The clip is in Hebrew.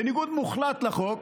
בניגוד מוחלט לחוק,